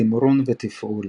תמרון ותפעול